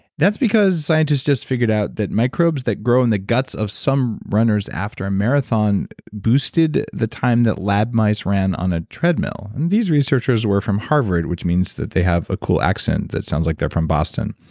that's because scientists just figured out that microbes that grow in the guts of some runners after a marathon boosted the time that lab mice ran on a tread mill. and these researchers were from harvard, which means that they have a cool accent that sounds like they're from boston,